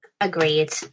Agreed